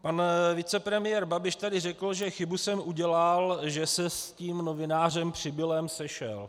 Pan vicepremiér Babiš tady řekl, že chybu jsem udělal, že se s tím novinářem Přibilem sešel.